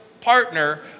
partner